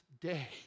day